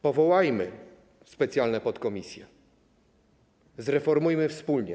Powołajmy specjalne podkomisje, zreformujmy to wspólnie.